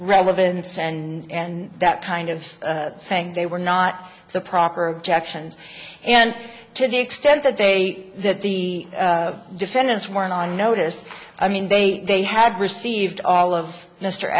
relevance and that kind of thing they were not the proper objections and to the extent that they that the defendants weren't on notice i mean they they had received all of mr